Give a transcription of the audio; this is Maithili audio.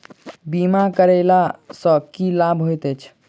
बीमा करैला सअ की लाभ होइत छी?